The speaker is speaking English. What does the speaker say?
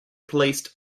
placed